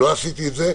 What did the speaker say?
לא עשיתי את זה,